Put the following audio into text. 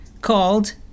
called